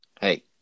Hey